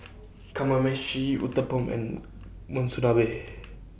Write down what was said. Kamameshi Uthapam and Monsunabe